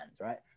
right